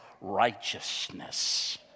righteousness